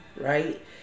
right